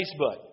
Facebook